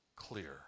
clear